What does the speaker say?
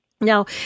Now